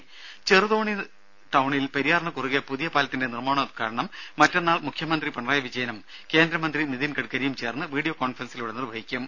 രെ ചെറുതോണി ടൌണിൽ പെരിയാറിനു കുറുകെ പുതിയ പാലത്തിന്റെ നിർമാണോദ്ഘാടനം മറ്റന്നാൾ മുഖ്യമന്ത്രി പിണറായി വിജയനും കേന്ദ്ര മന്ത്രി നിതിൻ ഗഡ്കരിയും ചേർന്ന് വീഡിയോ കോൺഫറൻസിലൂടെ നിർവഹിക്കും